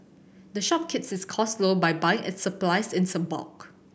the shop keeps its costs low by buying its supplies in bulk